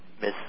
Miss